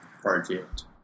project